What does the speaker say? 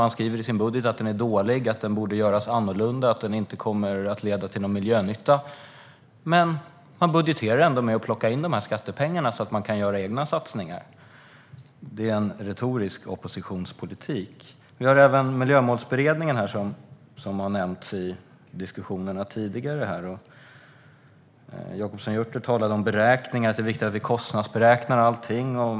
Man skriver i sin budget att den är dålig, att den borde göras annorlunda och att den inte kommer att leda till någon miljönytta. Men man budgeterar ändå med att plocka in de skattepengarna så att man kan göra egna satsningar. Det är en retorisk oppositionspolitik. Miljömålsberedningen har nämnts i diskussionerna tidigare. Jacobsson Gjörtler talade om beräkningar - det är viktigt att vi kostnadsberäknar allting.